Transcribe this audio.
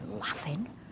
laughing